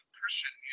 Christian